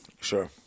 Sure